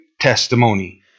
testimony